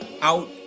out